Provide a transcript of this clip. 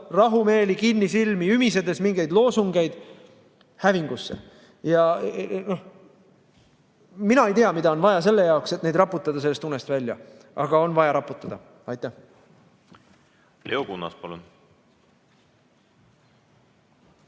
rahumeeli, kinnisilmi ümisedes mingeid loosungeid, hävingusse. Mina ei tea, mida on vaja selle jaoks, et neid raputada sellest unest välja, aga on vaja raputada. Aitäh! Leo Kunnas, palun!